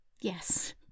Yes